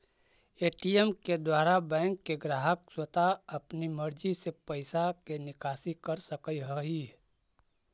ATM के द्वारा bank के ग्राहक स्वता अपन मर्जी से पैइसा के निकासी कर सकऽ हइ